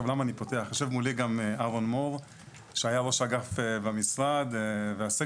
יושב מולי גם אהרון מור שהיה ראש אגף במשרד ועסק